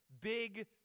big